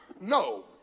no